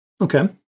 Okay